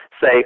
Say